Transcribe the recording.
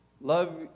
love